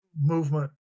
movement